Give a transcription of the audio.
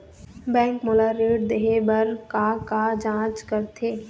Bank मोला ऋण देहे बार का का जांच करथे?